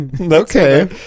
Okay